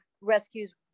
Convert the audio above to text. rescues